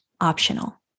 optional